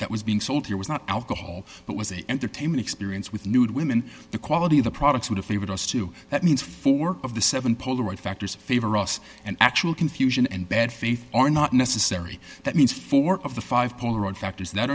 that was being sold here was not alcohol but was a entertainment experience with nude women the quality of the products and if they would us to that means for work of the seven polaroid factors favor us and actual confusion and bad faith on not necessary that means four of the five polaroid factors that